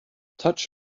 touch